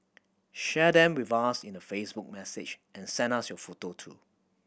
share them with us in a Facebook message and send us your photo too